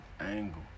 angle